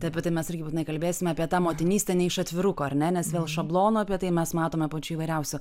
tai apie tai mes irgi būtinai kalbėsime apie tą motinystę ne iš atviruko ar ne nes vėl šablonų apie tai mes matome pačių įvairiausių